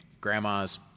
grandmas